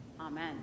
Amen